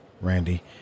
Randy